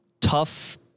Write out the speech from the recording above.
tough